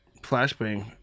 flashbang